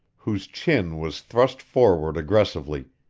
whose chin was thrust forward aggressively,